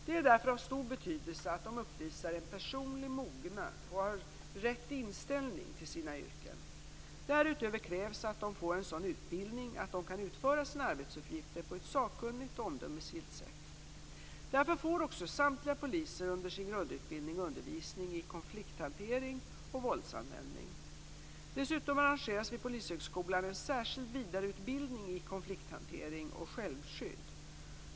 Det är därför av stor betydelse att de uppvisar en personlig mognad och har rätt inställning till sina yrken. Därutöver krävs att de får en sådan utbildning att de kan utföra sina arbetsuppgifter på ett sakkunnigt och omdömesgillt sätt. Därför får också samtliga poliser under sin grundutbildning undervisning i konflikthantering och våldsanvändning. Dessutom arrangeras vid Polishögskolan en särskild vidareutbildning i konflikthantering och självskydd.